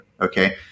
Okay